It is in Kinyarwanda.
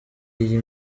iyi